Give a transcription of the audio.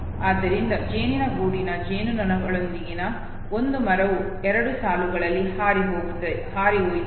ಆದ್ದರಿಂದ ಜೇನುಗೂಡಿನ ಜೇನುನೊಣದೊಂದಿಗೆ ಒಂದು ಮರವು ಎರಡು ಸಾಲುಗಳಲ್ಲಿ ಹಾರಿಹೋಯಿತು